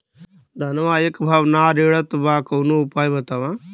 धनवा एक भाव ना रेड़त बा कवनो उपाय बतावा?